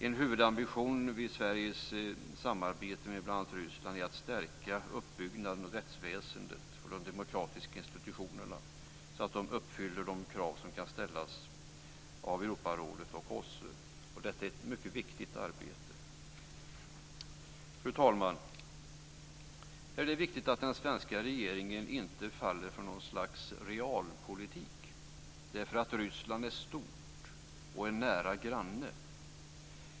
En huvudambition vid Sveriges samarbete med bl.a. Ryssland är att stärka uppbyggnaden av rättsväsendet och de demokratiska institutionerna så att de uppfyller de krav som kan ställas av Europarådet och OSSE, och detta är ett mycket viktigt arbete. Fru talman! Här är det viktigt att den svenska regeringen inte faller för något slags realpolitik därför att Ryssland är stort och en nära granne.